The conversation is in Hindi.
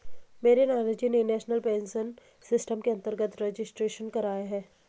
मेरे नानाजी ने नेशनल पेंशन सिस्टम के अंतर्गत रजिस्ट्रेशन कराया है